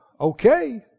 okay